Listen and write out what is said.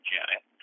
Janet